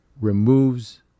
removes